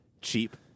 cheap